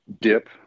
dip